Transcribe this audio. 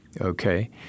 Okay